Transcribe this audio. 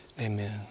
Amen